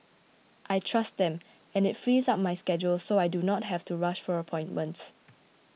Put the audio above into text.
I trust them and it frees up my schedule so I do not have to rush for appointments